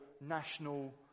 national